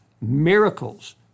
miracles